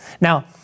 Now